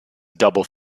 double